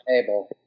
table